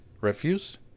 refuse